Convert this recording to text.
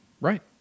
Right